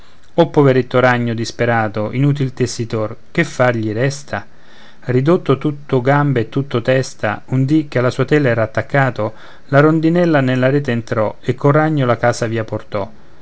o poveretto ragno disperato inutil tessitor che far gli resta ridotto tutto gambe e tutto testa un dì che alla sua tela era attaccato la rondinella nella rete entrò e col ragno la casa via portò